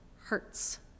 hurts